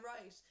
right